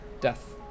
death